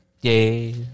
Yay